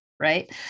Right